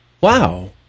wow